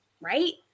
Right